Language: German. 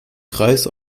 kreis